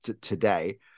today